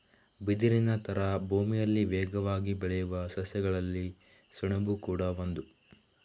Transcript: ಬಿದಿರಿನ ತರ ಭೂಮಿಯಲ್ಲಿ ವೇಗವಾಗಿ ಬೆಳೆಯುವ ಸಸ್ಯಗಳಲ್ಲಿ ಸೆಣಬು ಕೂಡಾ ಒಂದು